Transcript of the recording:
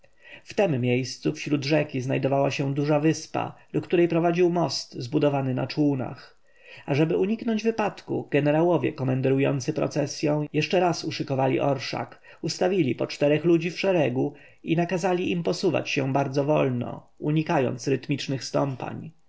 w tem miejscu wśród rzeki znajdowała się duża wyspa do której prowadził most zbudowany na czółnach ażeby uniknąć wypadku jenerałowie komenderujący procesją jeszcze raz uszykowali orszak ustawili po czterech ludzi w szeregu i nakazali im posuwać się bardzo wolno unikając rytmicznych stąpań